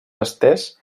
estès